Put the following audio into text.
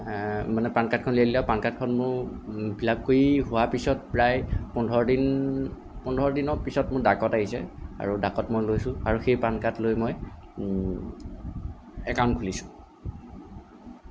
মানে পানকাৰ্ডখন উলিয়াই দিলে আৰু পানকাৰ্ডখন মোৰ ফিলআপ কৰি হোৱাৰ পিছত প্ৰায় পোন্ধৰ দিন পোন্ধৰ দিনৰ পিছত মোৰ ডাকত আহিছে আৰু ডাকত মই লৈছোঁ আৰু সেই পানকাৰ্ড লৈ মই একাউণ্ট খুলিছোঁ